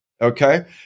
Okay